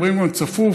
מדברים על צפוף,